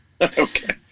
Okay